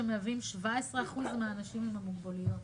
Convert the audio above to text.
שמהווים 17% מהאנשים עם המוגבלויות.